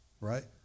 right